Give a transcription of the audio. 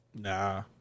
Nah